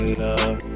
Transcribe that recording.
love